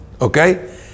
Okay